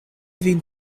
vin